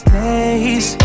days